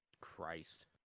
Christ